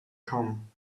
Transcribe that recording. come